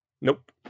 Nope